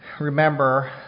Remember